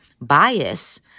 bias